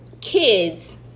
kids